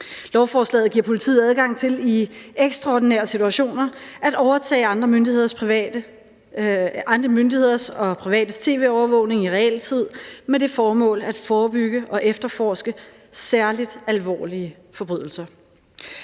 Lovforslaget giver politiet adgang til i ekstraordinære situationer at overtage andre myndigheders og privates tv-overvågning i realtid med det formål at forebygge og efterforske særligt alvorlige forbrydelser.